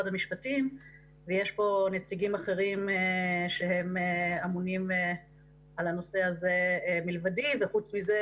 המשפטים ויש פה נציגים אחרים שהם אמונים על הנושא הזה מלבדי וחוץ מזה